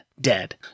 Dead